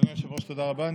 אדוני היושב-ראש, תודה רבה.